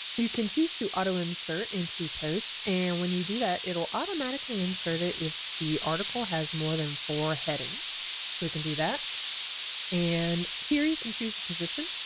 you can choose to auto insert into posts and when you do that it'll automatically insert it if the article has more than four headings so we can do that and here you can choose the position.